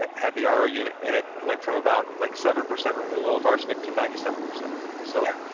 had the ah ro unit and it went from about like seven percent removal of arsenic to ninety seven percent removal. so,